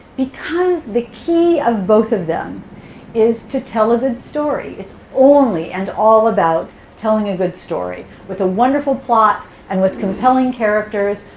because the key of both of them is to tell a good story. it's only and all about telling a good story with a wonderful plot and with compelling characters,